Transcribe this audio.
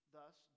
Thus